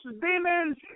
demons